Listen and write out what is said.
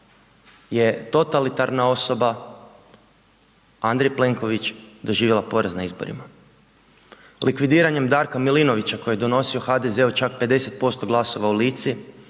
je totalitarna osoba, Andrej Plenković doživjela poraz na izborima. Likvidiranjem Darka Milinovića koji je donosio HDZ-u čak 50% glasova u Lici